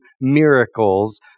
miracles